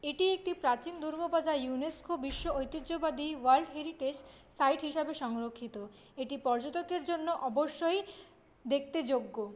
এটি একটি প্রাচীন দুর্গ বা যা ইউনেস্কো বিশ্ব ঐতিহ্যবাদী ওয়ার্ল্ড হেরিটেজ সাইট হিসাবে সংরক্ষিত এটি পর্যটকের জন্য অবশ্যই দেখতে যোগ্য